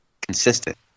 consistent